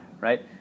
right